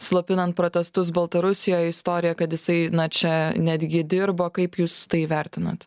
slopinant protestus baltarusijoj istorija kad jisai na čia netgi dirbo kaip jūs tai vertinat